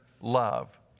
love